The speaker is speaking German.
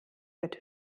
wird